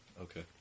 Okay